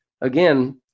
again